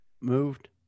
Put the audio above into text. moved